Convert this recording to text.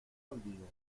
olvida